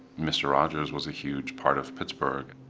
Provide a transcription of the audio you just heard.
mr. rogers was a huge part of pittsburgh.